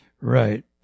Right